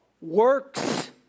Works